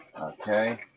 okay